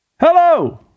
Hello